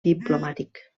diplomàtic